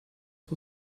for